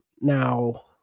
Now